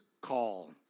call